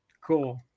Cool